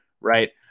right